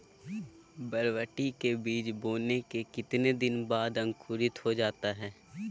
बरबटी के बीज बोने के कितने दिन बाद अंकुरित हो जाता है?